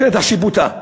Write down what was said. בשטח שיפוטה,